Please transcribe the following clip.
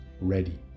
ready